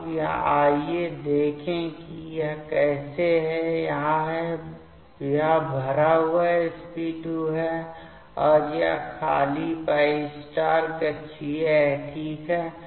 अब आइए देखें कि यह कैसे है यह है यह भरा हुआ sp2 है और यह खाली π कक्षीय है ठीक है